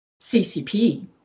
CCP